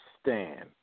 stand